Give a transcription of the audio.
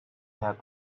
have